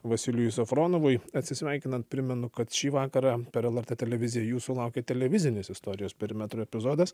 vasilijui safronovui atsisveikinant primenu kad šį vakarą per lrt televiziją jūsų laukia televizinis istorijos perimetrų epizodas